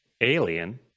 Alien